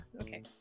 okay